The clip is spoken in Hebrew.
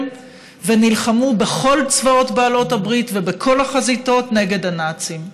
ונלחמו בכל צבאות בעלות הברית ובכל החזיתות נגד הנאצים.